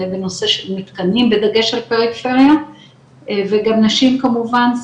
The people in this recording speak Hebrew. זה בנושא של מתקנים ודגש ופריפריה וגם נשים כמובן,